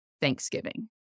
Thanksgiving